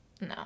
No